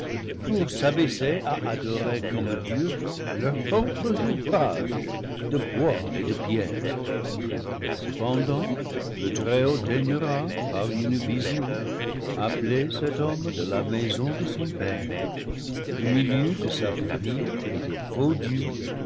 pour s'abaisser à adorer comme dieux leurs propres ouvrages de bois et de pierre cependant le très-haut daignera par une vision appeler cet homme de la maison de son père du milieu de sa famille et des faux dieux